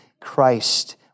Christ